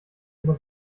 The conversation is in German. immer